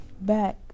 back